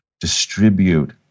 distribute